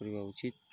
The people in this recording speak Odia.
କରିବା ଉଚିତ